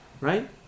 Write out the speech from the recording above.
right